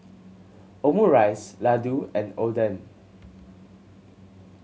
Omurice Ladoo and Oden